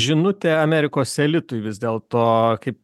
žinutę amerikos elitui vis dėl to kaip